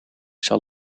zal